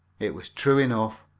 it was true enough.